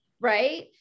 right